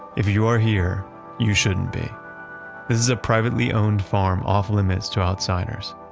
if you are here you shouldn't be. this is a privately owned farm off-limits to outsiders.